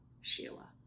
Sheila